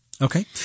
Okay